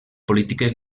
polítiques